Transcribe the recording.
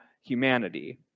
humanity